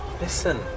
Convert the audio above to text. Listen